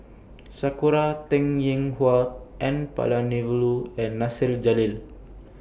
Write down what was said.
Sakura Teng Ying Hua N Palanivelu and Nasir Jalil